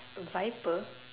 viper